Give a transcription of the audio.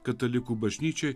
katalikų bažnyčiai